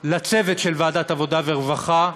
לצוות של ועדת עבודה ורווחה,